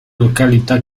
località